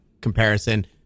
comparison